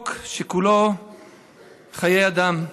חוק שכולו חיי אדם.